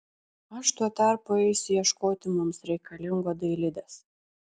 aš tuo tarpu eisiu ieškoti mums reikalingo dailidės